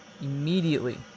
immediately